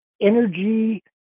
energy